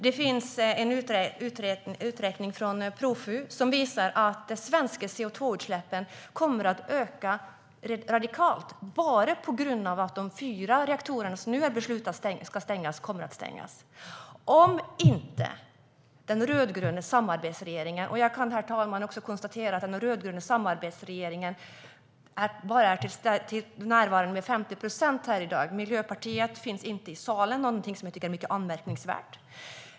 Det finns en uträkning från Profu som visar att de svenska koldioxidutsläppen kommer att öka radikalt bara på grund av att de fyra reaktorer som det har fattats beslut om ska stängas kommer att stängas. Den rödgröna samarbetsregeringen är bara representerad till 50 procent här i dag. Någon representant från Miljöpartiet finns inte i salen, vilket jag tycker är mycket anmärkningsvärt.